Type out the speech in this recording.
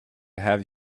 have